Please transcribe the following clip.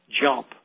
jump